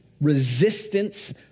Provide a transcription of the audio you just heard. resistance